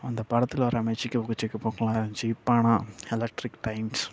அந்த படத்தில் வர மாதிரி சிக்கு புக்கு சிக்கு புக்குலான் இருந்துச்சு இப்போ ஆனால் எலக்ட்ரிக் ட்ரெயின்ஸ்